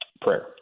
prayer